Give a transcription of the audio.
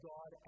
God